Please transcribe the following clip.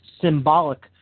symbolic